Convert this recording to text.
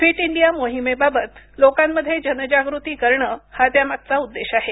fit India मोहिमेबाबत लोकांमध्ये जनजागृती करणं हा त्यामागचा उद्देश आहे